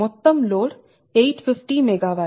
మొత్తం load 850 MW